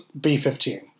B-15